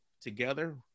together